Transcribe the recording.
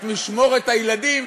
את משמורת הילדים,